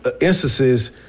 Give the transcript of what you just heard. instances